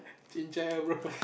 chin-cai ah bro